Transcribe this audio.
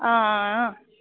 हां आं